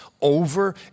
over